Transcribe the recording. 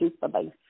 Bye-bye